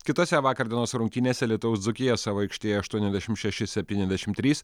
kitose vakar dienos rungtynėse alytaus dzūkija savo aikštėje aštuoniasdešimt šeši septyniasdešimt trys